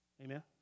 Amen